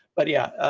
but yeah.